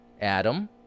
Adam